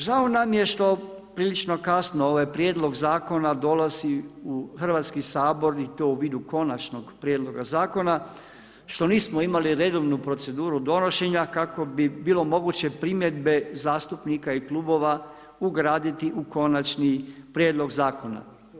Žao nam je što prilično kasno ovaj prijedlog zakona dolazi u Hrvatski sabor i to u vidu konačnog prijedloga zakona, što nismo imali redovnu proceduru donošenja, kako bi bilo moguće primjedbe zastupnika i klubova ugraditi u konačni prijedlog zakona.